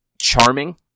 charming